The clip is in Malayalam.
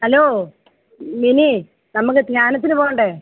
ഹലോ മിനീ നമുക്ക് ജ്ഞാനത്തിന് പോകണ്ടേ